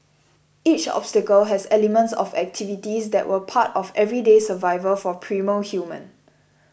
each obstacle has elements of activities that were part of everyday survival for primal human